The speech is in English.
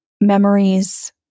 memories